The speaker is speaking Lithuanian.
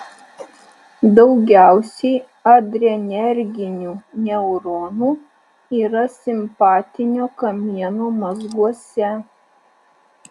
daugiausiai adrenerginių neuronų yra simpatinio kamieno mazguose